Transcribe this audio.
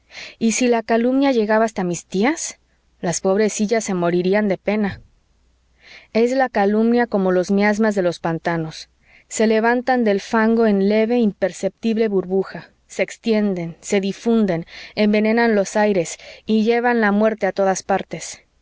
y si la calumnia llegaba hasta mis tías las pobrecillas se morirían de pena es la calumnia como los miasmas de los pantanos se levantan del fango en leve imperceptible burbuja se extienden se difunden envenenan los aires y llevan la muerte a todas partes